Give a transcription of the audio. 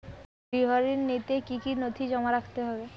গৃহ ঋণ নিতে কি কি নথি জমা রাখতে হবে?